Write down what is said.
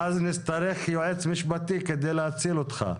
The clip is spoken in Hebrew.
ואז נצטרך יועץ משפטי כדי להציל אותך.